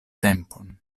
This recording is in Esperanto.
tempon